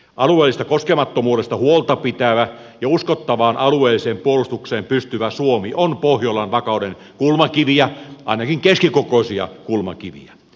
alueellisesta koskemattomuudesta huolta pitävä ja uskottavaan alueelliseen puolustukseen pystyvä suomi on pohjolan vakauden kulmakiviä ainakin keskikokoisia kulmakiviä